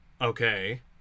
Okay